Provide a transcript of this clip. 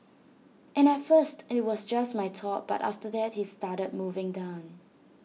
and at first IT was just my top but after that he started moving down